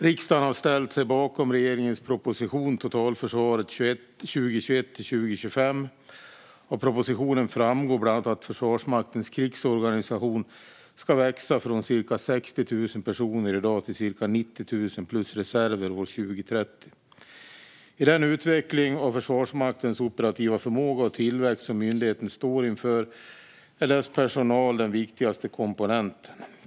Riksdagen har ställt sig bakom regeringens proposition Totalförsvaret 2021 - 2025 . Av propositionen framgår bland annat att Försvarsmaktens krigsorganisation ska växa från cirka 60 000 personer i dag till cirka 90 000 plus reserver år 2030. I den utveckling av Försvarsmaktens operativa förmåga och tillväxt som myndigheten står inför är dess personal den viktigaste komponenten.